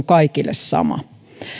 kaikille sama